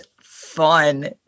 fun